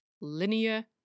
linear